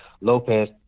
Lopez